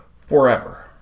forever